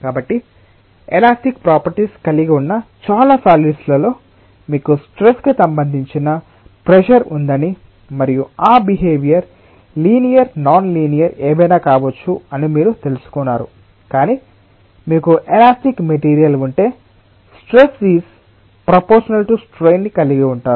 కాబట్టి elastic properties కలిగి ఉన్న చాలా సాలిడ్స్ లలో మీకు స్ట్రెస్ కి సంబంధించిన ప్రెషర్ ఉందని మరియు ఆ బిహేవియర్ లినియర్ నాన్ లినియర్ ఏమైనా కావచ్చు అని మీరు తెలుసుకున్నారు కానీ మీకు ఎలాస్టిక్ మెటీరియల్ ఉంటే stress is proportional to strain కలిగిఉంటారు